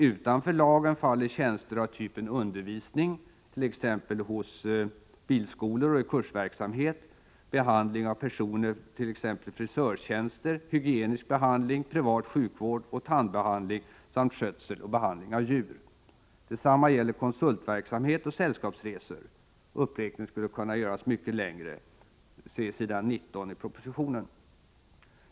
Utanför lagen faller tjänster av typen undervisning, t.ex. hos bilskolor och i kursverksamhet, behandling av personer, exempelvis frisörtjänster, hygiensk behandling, privat sjukvård och tandbehandling, samt skötsel och behandling av djur. Detsamma gäller konsultverksamhet och sällskapsresor. Uppräkningen skulle kunna göras mycket längre .